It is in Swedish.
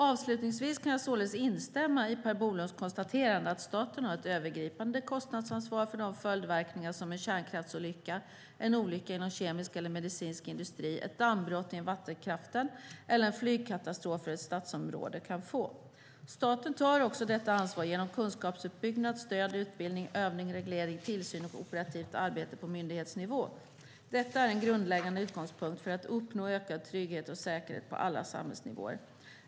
Avslutningsvis kan jag således instämma i Per Bolunds konstaterande att staten har ett övergripande kostnadsansvar för de följdverkningar som en kärnkraftsolycka, en olycka inom kemisk eller medicinsk industri, ett dammbrott i vattenkraften eller en flygkatastrof över ett stadsområde kan få. Staten tar också detta ansvar genom kunskapsuppbyggnad, stöd, utbildning, övning, reglering, tillsyn och operativt arbete på myndighetsnivå. Detta är en grundläggande utgångspunkt för att uppnå ökad trygghet och säkerhet på alla samhällsnivåer.